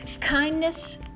Kindness